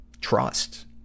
trust